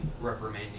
reprimanding